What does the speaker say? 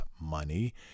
money